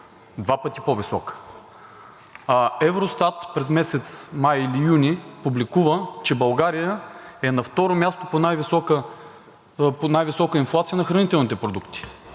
Два пъти по-висока! „Евростат“ през месец май или юни публикува, че България е на второ място по най-висока инфлация на хранителните продукти.